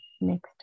next